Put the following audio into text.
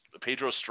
Pedro